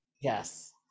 yes